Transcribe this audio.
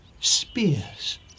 spears